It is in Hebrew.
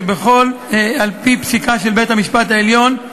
על-פי פסיקה של בית-המשפט העליון,